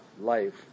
life